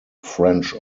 french